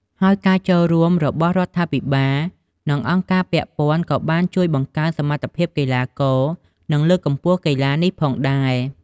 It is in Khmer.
ហើយការចូលរួមរបស់រដ្ឋាភិបាល និងអង្គការពាក់ព័ន្ធក៏បានជួយបង្កើនសមត្ថភាពកីឡាករ និងលើកកម្ពស់កីឡានេះផងដែរ។